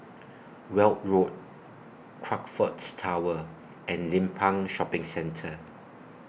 Weld Road Crockfords Tower and Limbang Shopping Centre